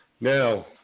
Now